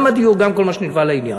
גם הדיור וגם כל מה שנלווה לעניין.